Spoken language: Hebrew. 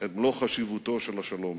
את מלוא חשיבותו של השלום.